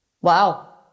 Wow